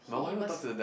he was